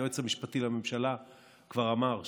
היועץ המשפטי לממשלה כבר אמר שעתה,